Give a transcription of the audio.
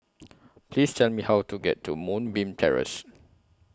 Please Tell Me How to get to Moonbeam Terrace